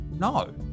No